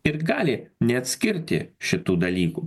ir gali neatskirti šitų dalykų